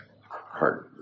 hard